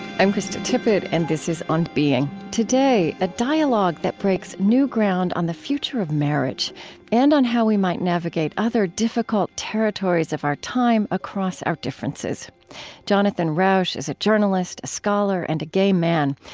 i'm krista tippett, and this is on being. today, a dialogue that breaks new ground on the future of marriage and on how we might navigate other difficult territories of our time, across our differences jonathan rauch is a journalist, a scholar, and gay man.